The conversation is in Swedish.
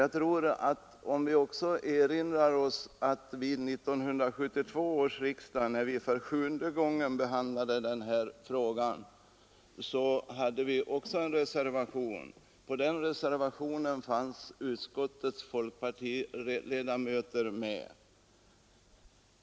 Jag vill erinra om att det också när vi för sjunde gången behandlade denna fråga, vid 1972 års riksdag, förelåg en reservation. Bakom den stod bl.a. utskottets folkpartistiska ledamöter.